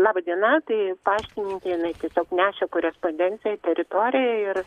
laba diena tai paštininkė jinai tiesiog nešė korespondenciją į teritoriją ir